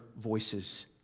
voices